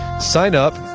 sign up,